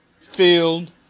field